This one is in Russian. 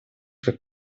как